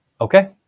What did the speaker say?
okay